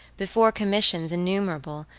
before commissions innumerable,